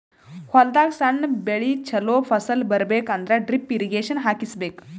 ಹೊಲದಾಗ್ ಸಣ್ಣ ಬೆಳಿ ಚೊಲೋ ಫಸಲ್ ಬರಬೇಕ್ ಅಂದ್ರ ಡ್ರಿಪ್ ಇರ್ರೀಗೇಷನ್ ಹಾಕಿಸ್ಬೇಕ್